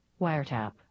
wiretap